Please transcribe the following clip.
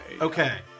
Okay